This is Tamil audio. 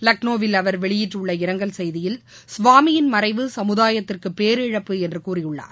லக்னோவில் அவர் வெளியிட்டுள்ள இரங்கல் செய்தியில் சுவாமியின் மறைவு சமூதாயத்திற்கு பேரிழப்பு என்று கூறியுள்ளார்